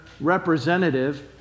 representative